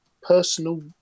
personal